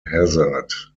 hazard